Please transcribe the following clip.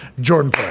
Jordan